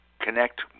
connect